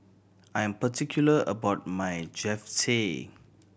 I am particular about my Japchae